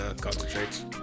concentrates